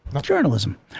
Journalism